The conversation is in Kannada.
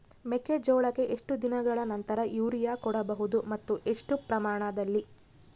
ಮೆಕ್ಕೆಜೋಳಕ್ಕೆ ಎಷ್ಟು ದಿನಗಳ ನಂತರ ಯೂರಿಯಾ ಕೊಡಬಹುದು ಮತ್ತು ಎಷ್ಟು ಪ್ರಮಾಣದಲ್ಲಿ?